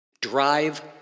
Drive